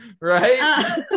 right